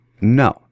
No